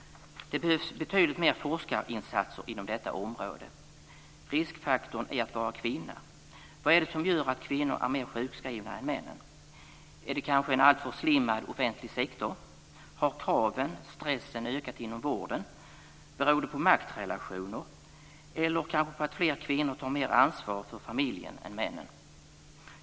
Det behövs betydligt mer forskningsinsatser inom detta område: Riskfaktorn i att vara kvinna. Vad är det som gör att kvinnor är mer sjukskrivna än männen? Är det kanske en alltför slimmad offentlig sektor? Har kraven och stressen ökat inom vården? Beror det på maktrelationer eller kanske på att fler kvinnor tar mer ansvar för familjen än männen?